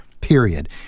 period